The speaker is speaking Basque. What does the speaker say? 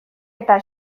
eta